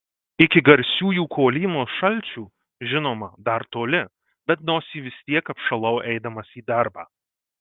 iki garsiųjų kolymos šalčių žinoma dar toli bet nosį vis tiek apšalau eidamas į darbą